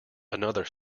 another